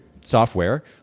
software